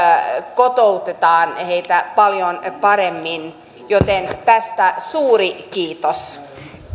kotoutetaan heitä paljon paremmin joten tästä suuri kiitos